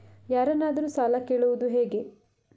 ಯಾರನ್ನಾದರೂ ಸಾಲ ಕೇಳುವುದು ಹೇಗೆ?